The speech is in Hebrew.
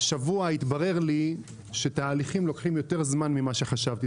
השבוע התברר לי שתהליכים לוקחים יותר זמן ממה שחשבתי.